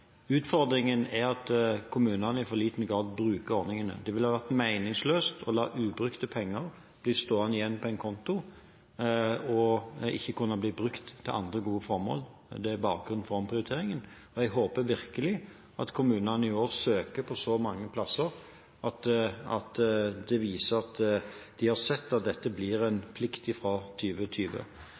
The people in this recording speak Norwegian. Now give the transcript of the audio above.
Utfordringen er at kommunene i for liten grad bruker ordningene. Det ville være meningsløst å la ubrukte penger bli stående igjen på en konto og ikke kunne bli brukt til andre gode formål. Det er bakgrunnen for omprioriteringen. Jeg håper virkelig at kommunene i år søker på så mange plasser at de viser at de har sett at dette blir en plikt fra